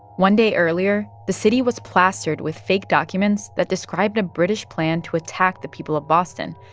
one day earlier, the city was plastered with fake documents that described a british plan to attack the people of boston.